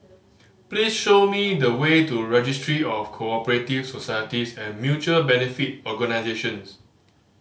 please show me the way to Registry of Co Operative Societies and Mutual Benefit Organisations